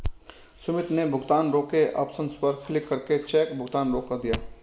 सुमित ने भुगतान रोके ऑप्शन पर क्लिक करके चेक भुगतान रोक दिया